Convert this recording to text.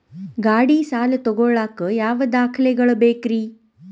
ಗಾಡಿ ಸಾಲ ತಗೋಳಾಕ ಯಾವ ದಾಖಲೆಗಳ ಬೇಕ್ರಿ?